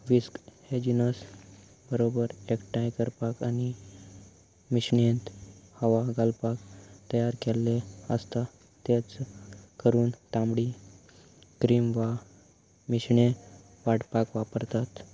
विस्क हे जिनस बरोबर एकठांय करपाक आनी मिश्रणेंत हवा घालपाक तयार केल्ले आसता तेच करून तांबडी क्रीम वा मिश्रण वाटपाक वापरतात